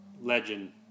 Legend